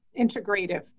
integrative